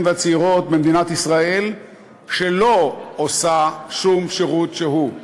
והצעירות במדינת ישראל שלא עושים שום שירות שהוא,